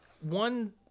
One